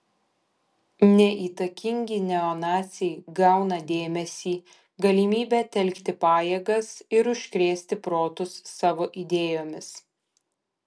neįtakingi neonaciai gauna dėmesį galimybę telkti pajėgas ir užkrėsti protus savo idėjomis